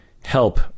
help